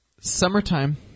summertime